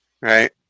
right